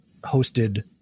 hosted